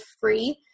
free